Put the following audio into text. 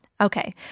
Okay